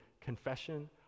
confession